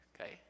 Okay